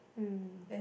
mm